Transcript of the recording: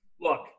look